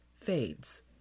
fades